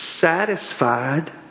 satisfied